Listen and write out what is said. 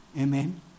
Amen